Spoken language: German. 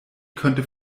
könnte